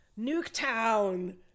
Nuketown